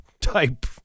type